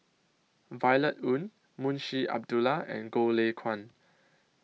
Violet Oon Munshi Abdullah and Goh Lay Kuan